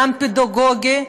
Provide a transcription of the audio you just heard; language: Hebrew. גם פדגוגי,